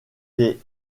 les